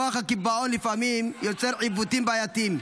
כוח הקיפאון לפעמים יוצר עיוותים בעייתיים,